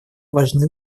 важны